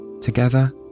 Together